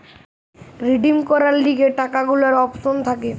redeem করার লিগে টাকা গুলার অপশন থাকে